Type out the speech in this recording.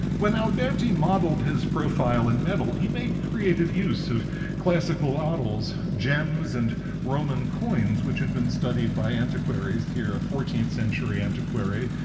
when alberti modeled his profile in metal, he made creative use of classical odals, gems, and roman coins which had been studied by antiquaries. here a fourteenth century antiquary,